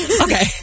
Okay